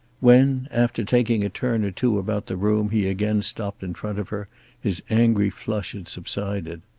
when, after taking a turn or two about the room he again stopped in front of her his angry flush had subsided.